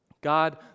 God